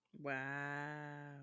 Wow